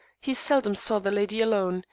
he seldom saw the lady alone,